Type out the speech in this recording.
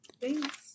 Thanks